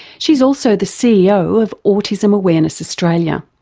she's also the ceo of autism awareness australia.